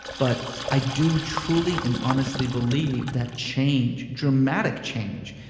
but i do truly and honestly believe that change, dramatic change,